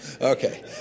Okay